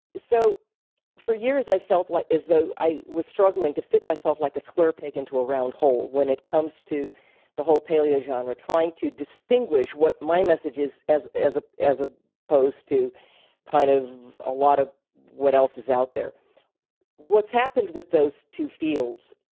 so for years i felt like as though i was struggling to fit myself like a square pig into a round hole, when it comes to the whole paleo genre, trying to distinguish what my message is as as ah ah opposed to kind of a lot of what else is out there what's happened with those two fields,